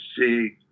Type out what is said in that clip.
see